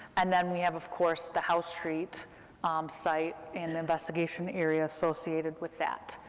and then we have, of course, the house street um site, and the investigation area associated with that.